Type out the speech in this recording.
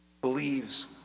believes